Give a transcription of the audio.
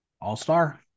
All-star